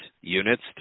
units